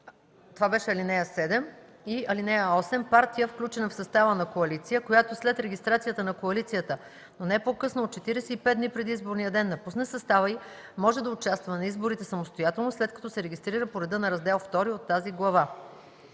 самостоятелно на изборите. (8) Партия, включена в състава на коалиция, която след регистрацията на коалицията, но не по-късно от 45 дни преди изборния ден, напусне състава й, може да участва на изборите самостоятелно, след като се регистрира по реда на Раздел II от тази глава.